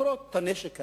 מקורות הנשק האלה,